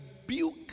rebuke